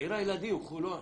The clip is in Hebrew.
עיר הילדים, חולון.